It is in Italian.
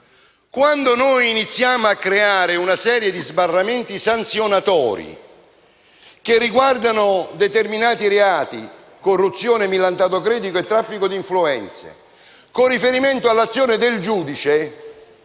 Quando noi iniziamo a creare una serie di sbarramenti sanzionatori che riguardano determinati reati (corruzione, millantato credito e traffico di influenze) con riferimento all'azione del giudice,